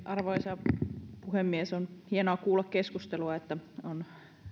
arvoisa puhemies on hienoa kuulla keskustelua että on